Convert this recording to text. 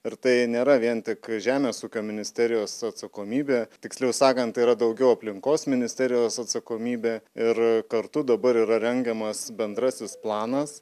ir tai nėra vien tik žemės ūkio ministerijos atsakomybė tiksliau sakant tai yra daugiau aplinkos ministerijos atsakomybė ir kartu dabar yra rengiamas bendrasis planas